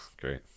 Great